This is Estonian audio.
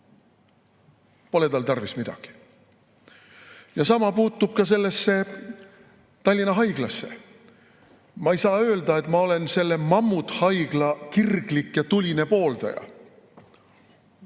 Pole tal tarvis midagi. Sama puutub ka sellesse Tallinna Haiglasse. Ma ei saa öelda, et ma olen selle mammuthaigla kirglik ja tuline pooldaja.